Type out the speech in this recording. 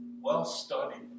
well-studied